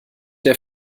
der